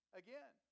again